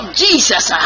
jesus